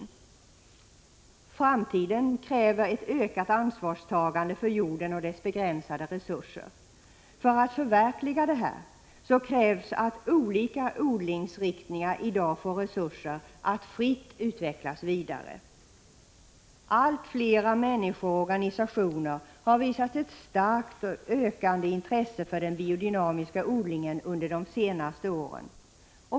Framtiden kräver ett ökat ansvarstagande för jorden och dess begränsade resurser. För att förverkliga detta krävs att olika odlingsinriktningar i dag får resurser att fritt utvecklas vidare. Allt fler människor och organisationer har visat ett starkt ökande intresse för den biodynamiska odlingen under de senaste åren.